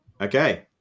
Okay